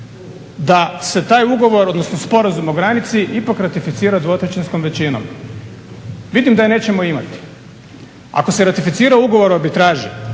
da se taj ugovor, odnosno Sporazum o granici ipak ratificira dvotrećinskom većinom. Vidim da je nećemo imati. Ako se ratificira Ugovor o arbitraži,